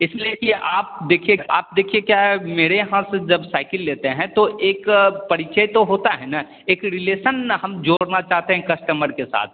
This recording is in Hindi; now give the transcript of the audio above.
इसलिए कि आप देखिएगा आप देखिए क्या है मेरे यहाँ से जब साइकिल लेते हैं तो एक परिचय तो होता है ना एक रिलेसन हम जोड़ना चाहते हैं कस्टमर के साथ